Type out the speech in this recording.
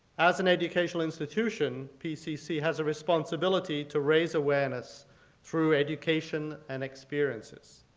as an educational institution, pcc has a responsibility to raise awareness through education and experiences.